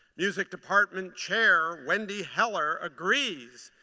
music department chair wendy heller agrees,